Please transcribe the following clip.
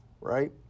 right